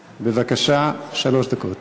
בבקשה, שלוש דקות.